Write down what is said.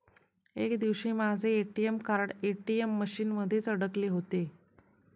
एक दिवशी माझे ए.टी.एम कार्ड ए.टी.एम मशीन मध्येच अडकले होते